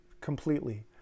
completely